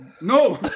No